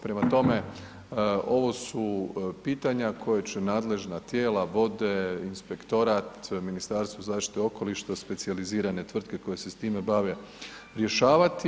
Prema tome, ovo su pitanja koja će nadležna tijela, vode, inspektora, Ministarstvo zaštite okoliša, specijalizirane tvrtke koje se s time bave rješavati.